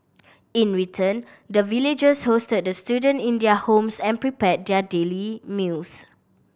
in return the villagers hosted the student in their homes and prepared their daily meals